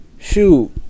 Shoot